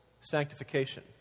sanctification